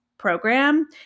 program